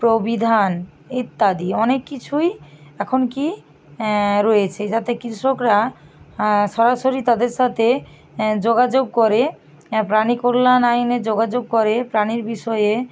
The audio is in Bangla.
প্রবিধান ইত্যাদি অনেক কিছুই এখন কী রয়েছে যাতে কৃষকরা সরাসরি তাদের সাথে যোগাযোগ করে প্রাণীকল্যাণ আইনে যোগাযোগ করে প্রাণীর বিষয়ে